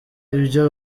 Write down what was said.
ibyo